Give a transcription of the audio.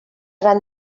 van